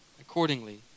Accordingly